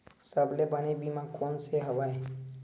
सबले बने बीमा कोन से हवय?